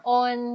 on